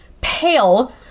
pale